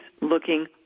looking